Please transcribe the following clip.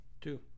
Two